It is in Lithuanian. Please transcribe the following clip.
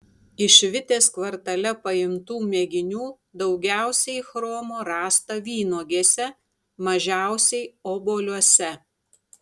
iš vitės kvartale paimtų mėginių daugiausiai chromo rasta vynuogėse mažiausiai obuoliuose